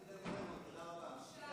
בושה.